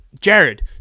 jared